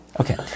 Okay